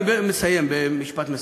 אני מסיים במשפט מסכם.